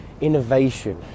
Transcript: innovation